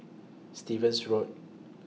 Stevens Road